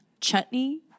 chutney